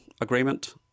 agreement